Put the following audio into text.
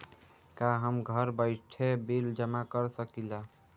का हम घर बइठे बिल जमा कर शकिला?